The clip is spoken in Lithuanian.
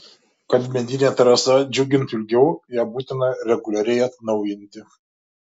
kad medinė terasa džiugintų ilgiau ją būtina reguliariai atnaujinti